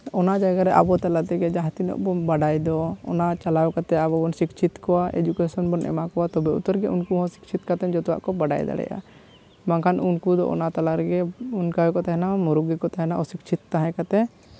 ᱚᱱᱟ ᱡᱟᱭᱜᱟ ᱨᱮ ᱟᱵᱚ ᱛᱟᱞᱟ ᱛᱮᱜᱮ ᱡᱟᱦᱟᱸ ᱛᱤᱱᱟᱹᱜ ᱵᱚᱱ ᱵᱟᱰᱟᱭ ᱫᱚ ᱚᱱᱟ ᱪᱟᱞᱟᱣ ᱠᱟᱛᱮ ᱟᱵᱚ ᱵᱚᱱ ᱥᱤᱪᱪᱷᱤᱛ ᱠᱚᱣᱟ ᱮᱹᱰᱩᱠᱮᱥᱚᱱ ᱵᱚᱱ ᱮᱢᱟ ᱠᱚᱣᱟ ᱛᱚᱵᱮ ᱩᱛᱟᱹᱨ ᱜᱮ ᱩᱱᱠᱩ ᱦᱚᱸ ᱥᱤᱪᱪᱷᱤᱛ ᱠᱟᱛᱮ ᱡᱚᱛᱚᱣᱟᱜ ᱠᱚ ᱵᱟᱲᱟᱭ ᱫᱟᱲᱮᱭᱟᱜᱼᱟ ᱵᱟᱝᱠᱷᱟᱱ ᱩᱱᱠᱩ ᱫᱚ ᱚᱱᱟ ᱛᱟᱞᱟ ᱨᱮᱜᱮ ᱚᱱᱟ ᱜᱮᱠᱚ ᱛᱟᱦᱮᱱᱟ ᱢᱩᱨᱩᱠᱷ ᱜᱮᱠᱚ ᱛᱟᱦᱮᱱᱟ ᱚ ᱥᱤᱪᱪᱷᱤᱛ ᱛᱟᱦᱮᱸ ᱠᱟᱛᱮ